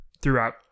throughout